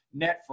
Netflix